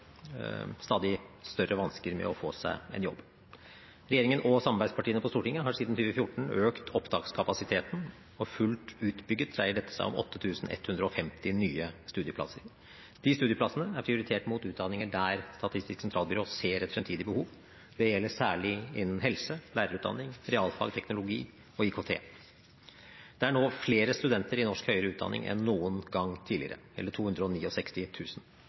stadig større vansker med å få seg en jobb. Regjeringen og samarbeidspartiene på Stortinget har siden 2014 økt opptakskapasiteten, og fullt utbygget dreier dette seg om 8 150 nye studieplasser. De studieplassene er prioritert mot utdanninger der Statistisk sentralbyrå ser et fremtidig behov. Det gjelder særlig innen helse, lærerutdanning, realfag, teknologi og IKT. Det er nå flere studenter i norsk høyere utdanning enn noen gang tidligere, hele 269 000. Utdanningstilbudene er varierte, fleksible og